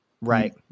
right